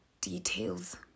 details